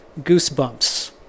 goosebumps